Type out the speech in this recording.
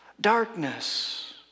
Darkness